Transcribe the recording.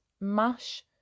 mash